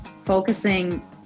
focusing